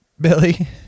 Billy